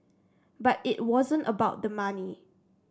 but it wasn't about the money